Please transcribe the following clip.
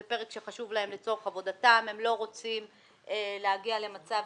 זה פרק שחשוב להם לצורך עבודתם והם לא רוצים להגיע למצב